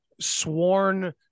sworn